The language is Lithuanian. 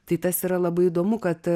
tai tas yra labai įdomu kad